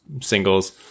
singles